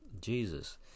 Jesus